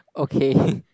okay